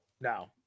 No